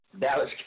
Dallas